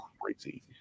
crazy